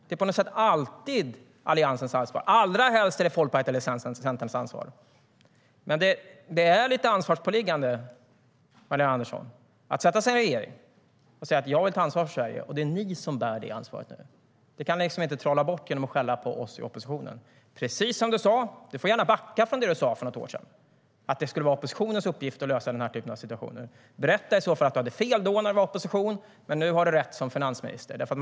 Det är på något sätt alltid Alliansens ansvar, och allra helst är det Folkpartiets eller Centerns ansvar. För något år sedan sa Magdalena Andersson att det inte var oppositionens uppgift att lösa den här typen av situationer. Hon får gärna backa från det. Berätta i så fall att du hade fel när när du var i opposition men att du som finansminister nu har rätt.